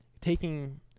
taking